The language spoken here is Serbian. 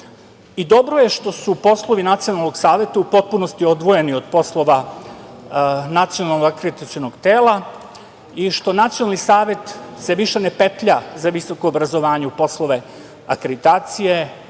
I dobro je što su poslovi Nacionalnog saveta u potpunosti odvojeni od poslova Nacionalnog akreditacionog tela i što se Nacionalni savet više ne petlja za visoko obrazovanje u poslove akreditacije,